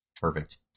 Perfect